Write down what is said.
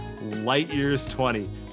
LIGHTYEARS20